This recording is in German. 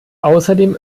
außerdem